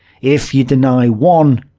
if you deny one,